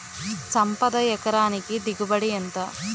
సంపద ఎకరానికి దిగుబడి ఎంత?